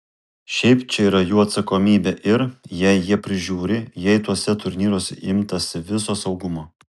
šiaip čia yra jų atsakomybė ir jei jie prižiūri jei tuose turnyruose imtasi viso saugumo